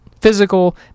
physical